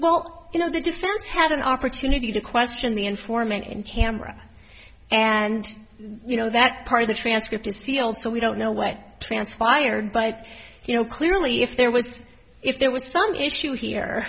well you know the defense had an opportunity to question the informant and camera and you know that part of the transcript is sealed so we don't know what transpired bike you know clearly if there was if there was some issue here